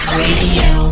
radio